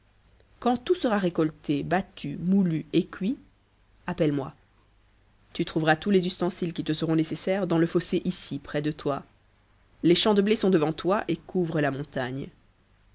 quand tout sera récolté battu moulu et cuit appelle-moi tu trouveras tous les ustensiles qui te seront nécessaires dans le fossé ici près de toi les champs de blé sont devant toi et couvrent la montagne